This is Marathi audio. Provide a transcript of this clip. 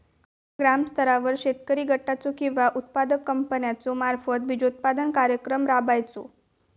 ग्रामस्तरावर शेतकरी गटाचो किंवा उत्पादक कंपन्याचो मार्फत बिजोत्पादन कार्यक्रम राबायचो?